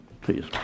Please